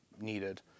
needed